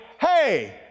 hey